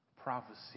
prophecy